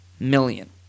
million